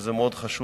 וזה מאוד חשוב.